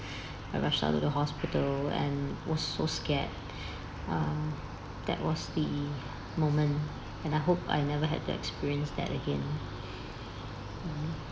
I rush out to the hospital and was so scared uh that was the moment and I hope I never had to experience that again